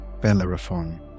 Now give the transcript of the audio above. Bellerophon